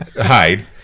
hide